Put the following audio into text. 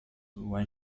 when